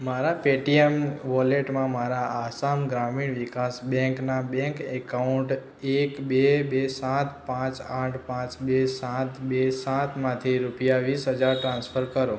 મારા પેટીએમ વોલેટમાં મારા આસામ ગ્રામીણ વિકાસ બેંકના બેંક એકાઉન્ટ એક બે બે સાત પાંચ આઠ પાંચ બે સાત બે સાતમાંથી રૂપિયા વીસ હજાર ટ્રાન્સફર કરો